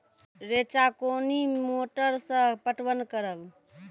रेचा कोनी मोटर सऽ पटवन करव?